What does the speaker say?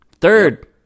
Third